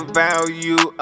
value